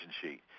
sheet